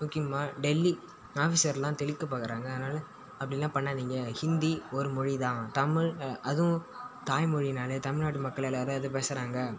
முக்கியமாக டெல்லி ஆஃபீஸரெலாம் தெளிக்கப் பார்க்கறாங்க அதனால் அப்படிலாம் பண்ணாதீங்க ஹிந்தி ஒரு மொழி தான் தமிழ் அதுவும் தாய் மொழியினால் தமிழ் நாட்டு மக்கள் எல்லோரும் அதை பேசுகிறாங்க